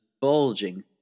bulging